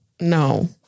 no